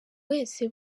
wese